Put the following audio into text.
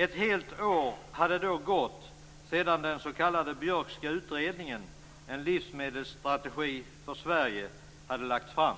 Ett helt år hade då gått sedan den s.k. Björkska utredningen, En livsmedelsstrategi för Sverige, hade lagts fram.